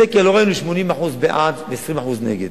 בסקר לא ראינו 80% בעד ו-20% נגד,